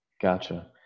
Gotcha